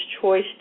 choice